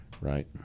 right